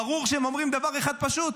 וברור שהם אומרים דבר אחד פשוט: